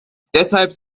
deshalb